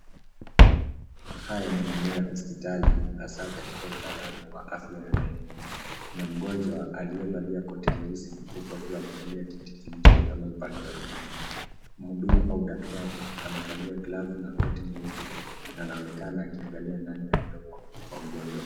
Haya ni maeneo ya hospitali, hasa katika utaalamu wa afya ya meno. Kuna mgonjwa aliyevalia koti nyeusi, huku akiwa amekalia kiti kilichoinama upande wa nyuma. Mhudumu au daktari amevalia glavu na koti nyeupe, na anaonekana akiangalia ndani ya mdomo wa mgonjwa.